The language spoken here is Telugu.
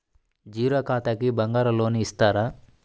జీరో ఖాతాకి బంగారం లోన్ ఇస్తారా?